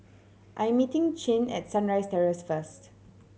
I am meeting Chin at Sunrise Terrace first